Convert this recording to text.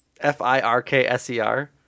f-i-r-k-s-e-r